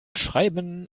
schreiben